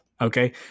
Okay